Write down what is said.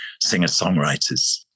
singer-songwriters